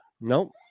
Nope